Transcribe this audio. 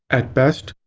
at best,